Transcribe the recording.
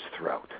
throat